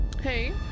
Hey